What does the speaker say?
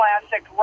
classic